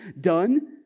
done